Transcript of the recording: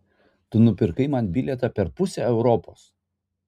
tu nupirkai man bilietą per pusę europos